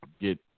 get